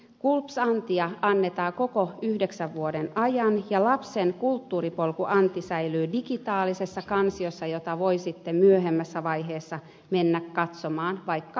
kulps antia annetaan koko yhdeksän vuoden ajan ja lapsen kulttuuripolku anti säilyy digitaalisessa kansiossa jota voi sitten myöhemmässä vaiheessa mennä katsomaan vaikka aikuisiällä